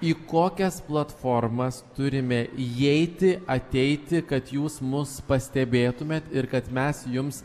į kokias platformas turime įeiti ateiti kad jūs mus pastebėtumėt ir kad mes jums